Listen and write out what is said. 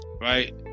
Right